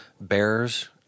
Bears